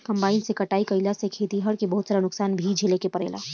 combine से कटाई कईला से खेतिहर के बहुत सारा नुकसान भी झेले के पड़ेला